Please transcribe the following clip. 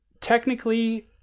technically